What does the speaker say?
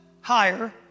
higher